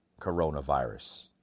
coronavirus